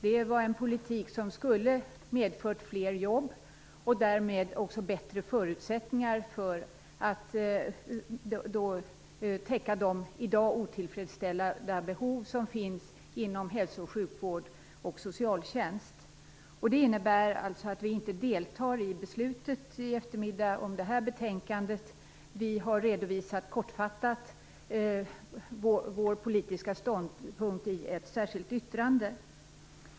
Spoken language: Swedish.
Det var en politik som hade medfört fler jobb och därmed också bättre förutsättningar för att täcka de i dag otillfredsställda behov som finns inom hälso och sjukvård och socialtjänst. Det innebär alltså att vi inte deltar i beslutet om det här betänkandet i eftermiddag. Vi har kortfattat redovisat vår politiska ståndpunkt i ett särskilt yttrande.